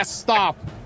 stop